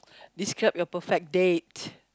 describe your perfect date